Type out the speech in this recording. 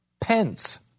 Pence